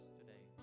today